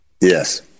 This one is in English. Yes